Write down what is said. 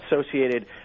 associated